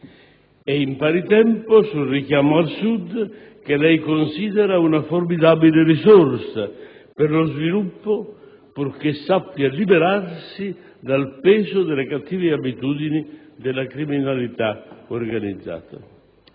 e, in pari tempo, sul richiamo al Sud, che lei considera una formidabile risorsa per lo sviluppo, purché sappia liberarsi dal peso delle cattive abitudini della criminalità organizzata.